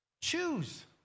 Choose